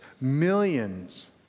Millions